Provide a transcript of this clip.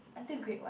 until grade what